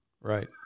Right